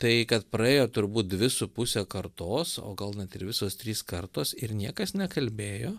tai kad praėjo turbūt dvi su puse kartos o gal net ir visos trys kartos ir niekas nekalbėjo